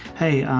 hey,